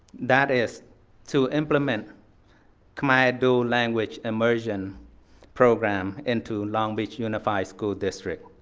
that is to implement khmer dual language immersion program into long beach unified school district.